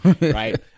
right